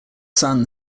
sun